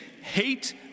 hate